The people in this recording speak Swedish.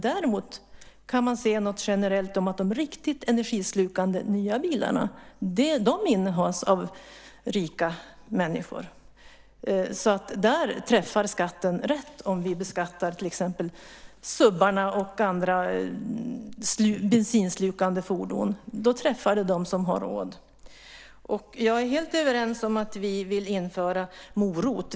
Däremot kan man generellt se att de riktigt energislukande nya bilarna innehas av rika människor. Där träffar skatten rätt om vi beskattar till exempel "suvarna" och andra bensinslukande fordon. Då träffar skatten dem som har råd. Jag är helt överens om att införa en morot.